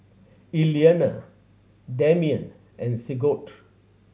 Iliana Demian and Sigurd